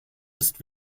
ist